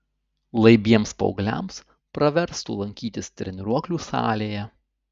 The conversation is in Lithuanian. laibiems paaugliams praverstų lankytis treniruoklių salėje